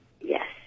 Yes